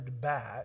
back